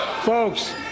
Folks